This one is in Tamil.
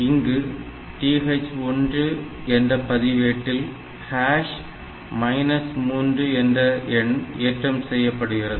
இங்கு TH1 என்ற பதிவேட்டில் 3 என்ற எண் ஏற்றம் செய்யப்படுகிறது